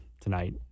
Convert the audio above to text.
tonight